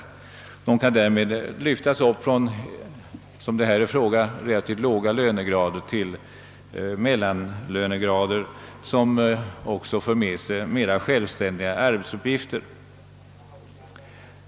De kan därmed lyftas upp från relativt låga lönegrader till mellangrader som också för med sig mera självständiga arbetsuppgifter.